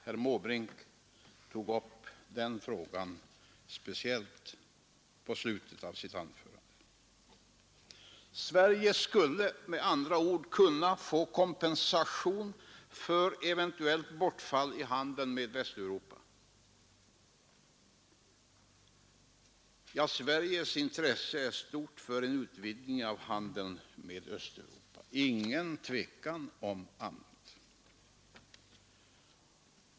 Herr Måbrink tog upp den frågan speciellt i slutet av sitt anförande. Sverige skulle med andra ord få kompensation för ett eventuellt bortfall i handeln med Västeuropa. Ja, Sveriges intresse är stort för en utvidgning av handeln med Österuopa — det är intet tvivel om detta.